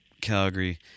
Calgary